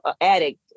addict